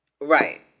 Right